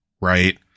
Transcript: right